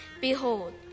Behold